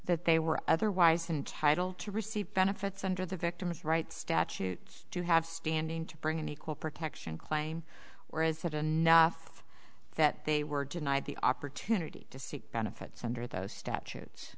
that they were otherwise entitled to receive benefits under the victim's rights statute to have standing to bring an equal protection claim or as said a nuff that they were denied the opportunity to seek benefits under those statutes